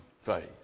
faith